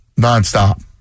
nonstop